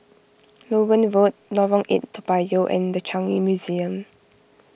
Loewen Road Lorong eight Toa Payoh and the Changi Museum